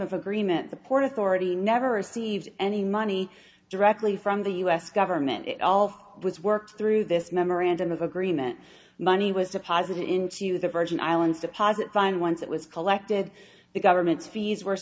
of agreement the port authority never received any money directly from the us government at all was worked through this memorandum of agreement money was deposited into the virgin islands deposit fine once it was collected the government fees w